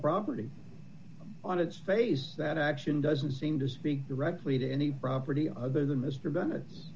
property on its face that action doesn't seem to speak directly to any property other than mr ben